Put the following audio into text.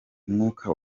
umwuka